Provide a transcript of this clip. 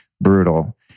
brutal